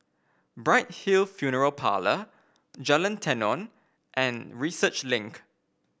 Bright Hill Funeral Parlour Jalan Tenon and Research Link